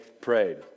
prayed